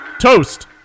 Toast